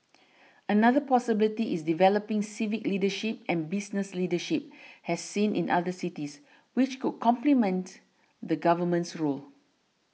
another possibility is developing civic leadership and business leadership as seen in other cities which could complement the Government's role